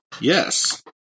Yes